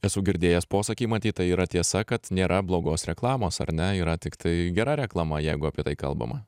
esu girdėjęs posakį matyt tai yra tiesa kad nėra blogos reklamos ar ne yra tiktai gera reklama jeigu apie tai kalbama